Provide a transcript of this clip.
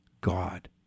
God